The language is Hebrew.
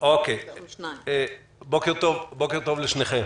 --- בוקר טוב לשניכם.